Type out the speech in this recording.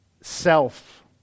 self